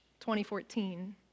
2014